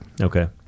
Okay